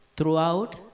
Throughout